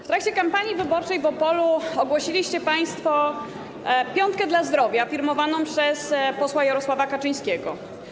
W trakcie kampanii wyborczej w Opolu ogłosiliście państwo piątkę dla zdrowia firmowaną przez posła Jarosława Kaczyńskiego.